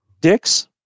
Dick's